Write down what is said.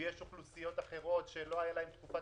ויש אוכלוסיות אחרות שלא היה להן תקופות